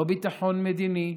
לא ביטחון מדיני,